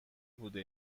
بوده